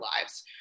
lives